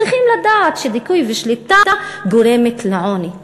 צריכים לדעת שדיכוי ושליטה גורמים לעוני.